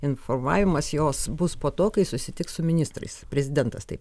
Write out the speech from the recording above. informavimas jos bus po to kai susitiks su ministrais prezidentas taip